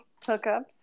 hookups